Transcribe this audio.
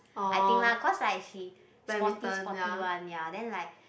I think lah cause like she sporty sporty one ya then like